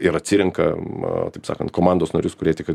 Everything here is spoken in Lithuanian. ir atsirenka na taip sakant komandos narius kurie tikrai